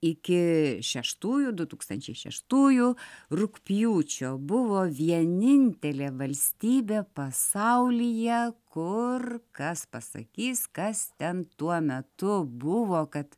iki šeštųjų du tūkstančiai šeštųjų rugpjūčio buvo vienintelė valstybė pasaulyje kur kas pasakys kas ten tuo metu buvo kad